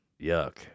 yuck